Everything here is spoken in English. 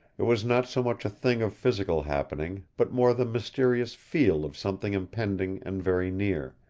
it was not so much a thing of physical happening, but more the mysterious feel of something impending and very near.